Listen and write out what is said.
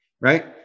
right